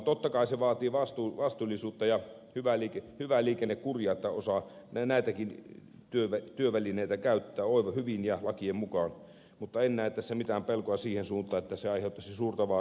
totta kai se vaatii vastuullisuutta ja hyvää liikennekuria että osaa näitäkin työvälineitä käyttää hyvin ja lakien mukaan mutta en näe tässä mitään pelkoa siihen suuntaan että se aiheuttaisi suurta vaaraa suomen teille